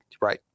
right